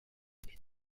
est